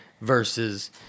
versus